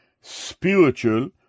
spiritual